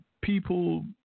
people